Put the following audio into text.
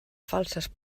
falses